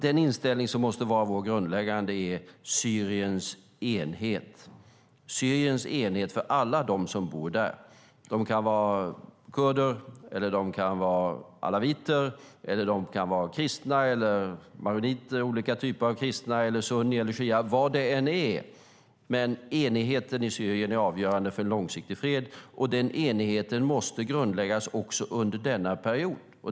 Den inställning som måste vara vår grundläggande är Syriens enighet för alla dem som bor där. De kan vara kurder, alaviter, kristna - maroniter eller olika typer av kristna - sunni eller shia eller vad det än är. Enigheten för Syrien är avgörande för en långsiktig fred. Den enigheten måste grundläggas också under denna period.